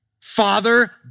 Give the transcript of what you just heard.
father